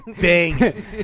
bang